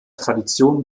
tradition